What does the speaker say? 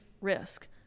risk